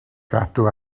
gadw